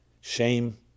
shame